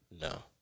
No